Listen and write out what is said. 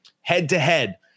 head-to-head